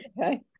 okay